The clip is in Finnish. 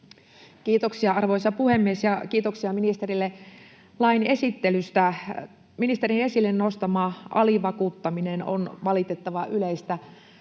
Kiitoksia, arvoisa puhemies! Ja kiitoksia ministerille lain esittelystä. Ministerin esille nostama alivakuuttaminen on valitettavan yleistä